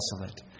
desolate